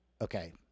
Okay